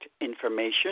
information